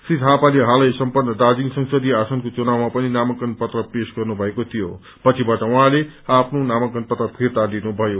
श्री थापाले हालै सम्पत्र दार्जीलिङ संसदीय आसनको चुनावमा पनि नामांकन पत्र पेश गर्नुभएको थियो पछिबाट उहाँले आफ्नो नामांकन पत्र फिर्ता लिनुभयो